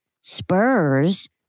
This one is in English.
spurs